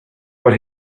but